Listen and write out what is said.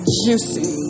juicy